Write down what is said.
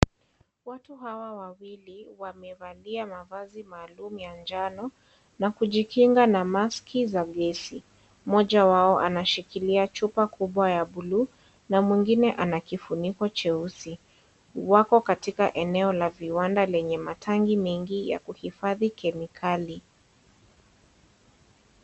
Watu hawa wawili wamevalia mavazi maalum ya njano, na kujikinga na maski za glesi, mmoja wao anashikilia chupa kubwa ya buluu, na mwingine ana kifuniko cheusi, wako katika eneo la viwanda lenye matangi mengi ya kuhifadhi kemikali.